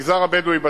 המגזר הבדואי בצפון,